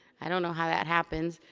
i don't know how that happens.